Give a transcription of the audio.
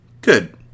Good